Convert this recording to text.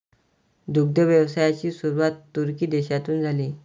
दुग्ध व्यवसायाची सुरुवात तुर्की देशातून झाली